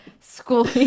school